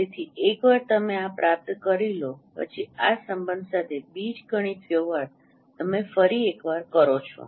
તેથી એકવાર તમે આ પ્રાપ્ત કરી લો પછી આ સંબંધ સાથે બીજગણિત વ્યવહાર તમે ફરી એકવાર કરો છો